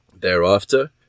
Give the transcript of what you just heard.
thereafter